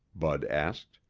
bud asked.